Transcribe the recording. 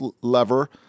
lever